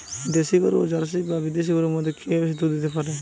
দেশী গরু এবং জার্সি বা বিদেশি গরু মধ্যে কে বেশি দুধ দিতে পারে?